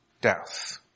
death